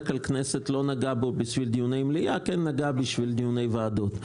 כלל הכנסת לא נגעה בו לשם דיוני מליאה אלא לשם דיוני ועדות.